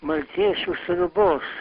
maltiečių sriubos